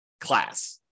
class